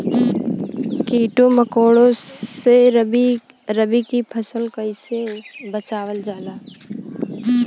कीड़ों मकोड़ों से रबी की फसल के कइसे बचावल जा?